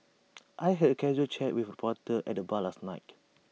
I had A casual chat with reporter at the bar last night